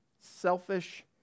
selfish